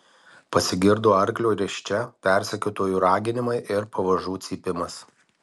pasigirdo arklio risčia persekiotojų raginimai ir pavažų cypimas